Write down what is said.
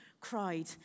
cried